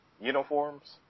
uniforms